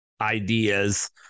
ideas